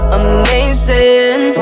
amazing